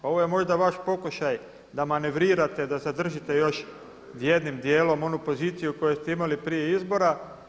Ovo je možda vaš pokušaj da manevrirate, da zadržite još jednim dijelom onu poziciju koju ste imali prije izbora.